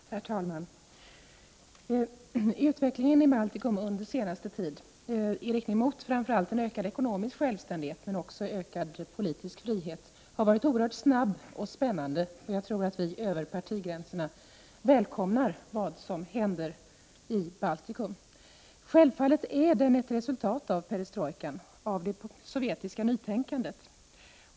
Herr talman! Utvecklingen i Baltikum under senaste tid i riktning mot framför allt ökad ekonomisk självständighet men också ökad politisk frihet har varit oerhört snabb och spännande, och jag tror att vi över partigränserna välkomnar vad som händer i Baltikum. Självfallet är denna utveckling ett resultat av perestrojkan, av det sovjetiska nytänkandet.